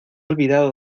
olvidado